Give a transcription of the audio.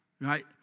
right